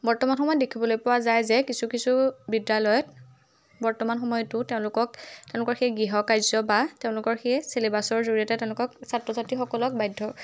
বৰ্তমান সময়ত দেখিবলৈ পোৱা যায় যে কিছু কিছু বিদ্যালয়ত বৰ্তমান সময়তো তেওঁলোকক তেওঁলোকৰ সেই গৃহকাৰ্য বা তেওঁলোকৰ সেই চিলেবাছৰ জৰিয়তে তেওঁলোকক ছাত্ৰ ছাত্ৰীসকলক বাধ্য